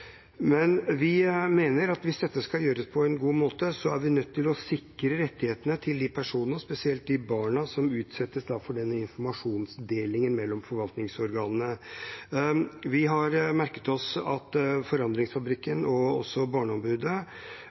Men vi mener at hvis dette skal gjøres på en god måte, er vi nødt til å sikre rettighetene til de personene, og spesielt de barna som utsettes for denne informasjonsdelingen mellom forvaltningsorganene. Vi har merket oss at Forandringsfabrikken og også Barneombudet